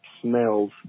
smells